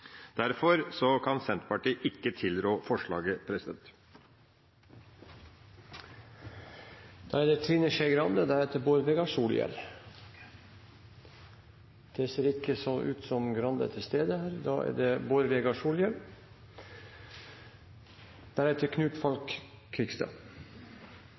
kan Senterpartiet ikke tilrå forslaget. Da er det Trine Skei Grande. – Det ser ikke ut som Skei Grande er til stede. Da er det Bård Vegar Solhjell.